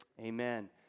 Amen